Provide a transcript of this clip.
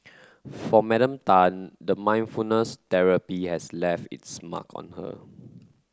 for Madam Tan the mindfulness therapy has left its mark on her